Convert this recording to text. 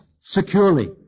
securely